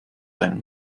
einem